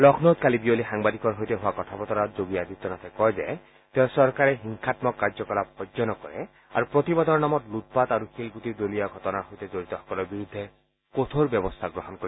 লক্ষ্ণৌত কালি বিয়লি সাংবাদিকৰ সৈতে হোৱা কথা বতৰাত যোগী আদিত্যনাথে কয় যে তেওঁৰ চৰকাৰে হিংসাম্মক কাৰ্যকলাপক সহ্য নকৰে আৰু প্ৰতিবাদৰ নামত লুটপাত আৰু শিল দলিওৱা ঘটনাত জড়িতসকলৰ বিৰুদ্ধে কঠোৰ ব্যৱস্থা গ্ৰহণ কৰিব